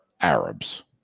Arabs